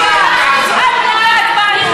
לא, זה לא פוגע, את פוגעת בנו,